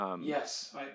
Yes